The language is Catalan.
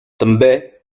també